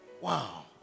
Wow